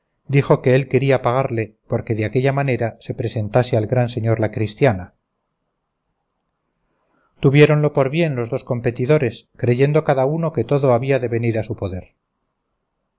dijo que él quería pagarle porque de aquella manera se presentase al gran señor la cristiana tuviéronlo por bien los dos competidores creyendo cada uno que todo había de venir a su poder